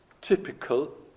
typical